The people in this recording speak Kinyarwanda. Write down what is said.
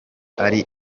ari